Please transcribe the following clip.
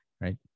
Right